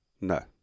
no